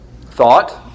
thought